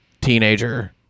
teenager